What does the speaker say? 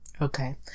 okay